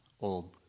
old